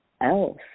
else